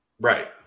right